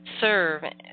serve